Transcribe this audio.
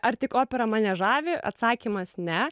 ar tik opera mane žavi atsakymas ne